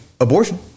abortion